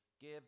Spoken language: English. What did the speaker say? give